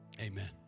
amen